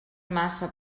massa